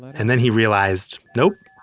and then he realized, nope,